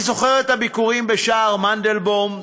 אני זוכר את הביקורים בשער מנדלבאום,